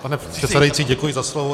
Pane předsedající, děkuji za slovo.